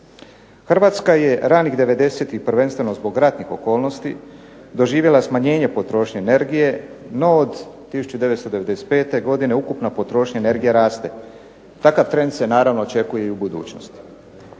Hrvatska je ranih '90-ih prvenstveno zbog ratnih okolnosti doživjela smanjenje potrošnje energije no od 1995. godine ukupna potrošnja energije raste. Takav trend se naravno očekuje i u budućnosti.